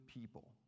People